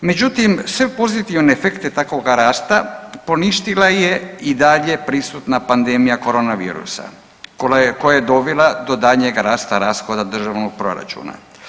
Međutim, sve pozitivne efekte takvoga rasta poništila je i dalje prisutna pandemija Korona virusa koja je dovela do daljnjega rasta rashoda državnog proračuna.